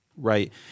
Right